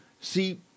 see